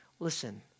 Listen